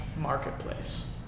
marketplace